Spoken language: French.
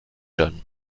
john